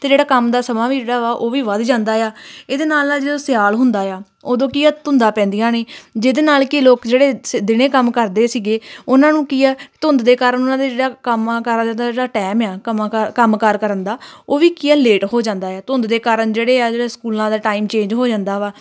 ਅਤੇ ਜਿਹੜਾ ਕੰਮ ਦਾ ਸਮਾਂ ਵੀ ਜਿਹੜਾ ਵਾ ਉਹ ਵੀ ਵੱਧ ਜਾਂਦਾ ਆ ਇਹਦੇ ਨਾਲ ਨਾਲ ਜਦੋਂ ਸਿਆਲ ਹੁੰਦਾ ਆ ਉਦੋਂ ਕੀ ਧੁੰਦਾ ਪੈਂਦੀਆਂ ਨੇ ਜਿਹਦੇ ਨਾਲ ਕਿ ਲੋਕ ਜਿਹੜੇ ਦਿਨੇ ਕੰਮ ਕਰਦੇ ਸੀਗੇ ਉਹਨਾਂ ਨੂੰ ਕੀ ਆ ਧੁੰਦ ਦੇ ਕਾਰਨ ਉਹਨਾਂ ਦੇ ਜਿਹੜਾ ਕੰਮ ਕਾਰਾਂ ਦੇ ਦਾ ਜਿਹੜਾ ਟਾਈਮ ਆ ਕੰਮ ਕਾਰ ਕੰਮ ਕਾਰ ਕਰਨ ਦਾ ਉਹ ਵੀ ਕੀ ਹੈ ਲੇਟ ਹੋ ਜਾਂਦਾ ਹੈ ਧੁੰਦ ਦੇ ਕਾਰਨ ਜਿਹੜੇ ਆ ਜਿਹੜੇ ਸਕੂਲਾਂ ਦਾ ਟਾਈਮ ਚੇਂਜ ਹੋ ਜਾਂਦਾ ਵਾ